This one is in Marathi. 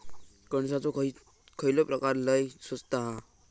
कणसाचो खयलो प्रकार लय स्वस्त हा?